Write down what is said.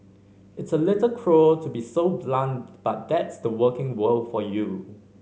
it's a little cruel to be so blunt but that's the working world for you